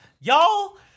y'all